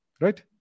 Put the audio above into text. right